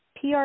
PR